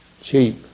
cheap